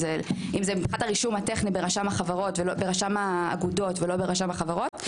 אם זה מבחינת הרישום הטכני ברשם האגודות ולא ברשם החברות,